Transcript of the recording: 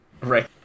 Right